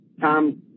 Tom